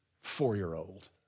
four-year-old